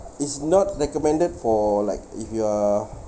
it's not recommended for like if you are